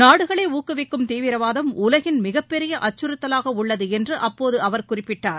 நாடுகளேஊக்குவிக்கும் தீவிரவாதம் உலகின் மிகப்பெரியஅச்சுறுத்தலாகஉள்ளதுஎன்றுஅப்போதுஅவர் குறிப்பிட்டார்